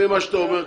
לפי מה שאתה אומר,